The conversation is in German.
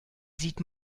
sieht